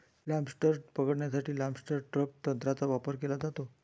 lobster पकडण्यासाठी lobster trap तंत्राचा वापर केला जातो